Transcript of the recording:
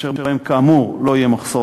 אשר בהם כאמור לא יהיה מחסור,